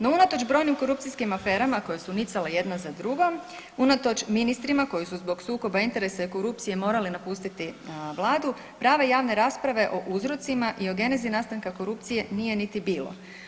No, unatoč brojnim korupcijskim aferama koje su nicale jedna za drugom, unatoč ministrima koji su zbog sukoba interesa i korupcije morali napustiti Vladu, prave javne rasprave o uzrocima i o genezi nastanka korupcije nije niti bilo.